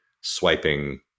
swiping